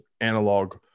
analog